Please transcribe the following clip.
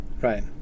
Right